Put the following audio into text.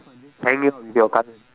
fun just hanging out with your cousin